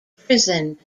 prison